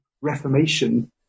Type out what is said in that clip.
reformation